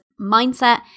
mindset